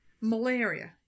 Malaria